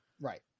Right